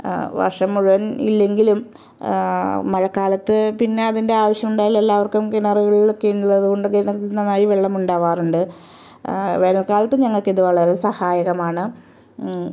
വർഷം മുഴുവൻ ഇല്ലെങ്കിലും മഴക്കാലത്ത് പിന്നെ അതിൻ്റെ ആവശ്യമുണ്ട് എല്ലാവർക്കും കിണറുകളൊക്കെ ഉള്ളത് കൊണ്ട് നമുക്ക് ശുദ്ധമായി വെള്ളം ഉണ്ടാവാറൂണ്ട് വേനൽക്കാലത്ത് ഞങ്ങൾക്ക് ഇത് വളരെ സഹായകമാണ്